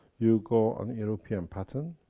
you go on european patents,